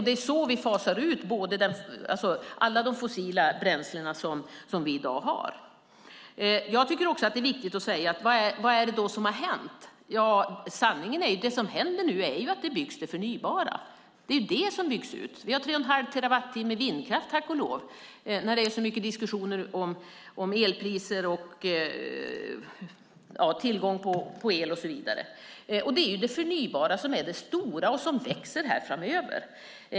Det är så vi fasar ut alla de fossila bränslen som vi i dag har. Vad är det då som har hänt? Sanningen är att det som nu händer är att det är det förnybara som byggs. Det är vad som byggs ut. Vi har tack och lov tre och en halv terawattimme vindkraft nu när det är så mycket diskussioner om elpriser, tillgång på el och så vidare. Det är det förnybara som är det stora och som växer framöver.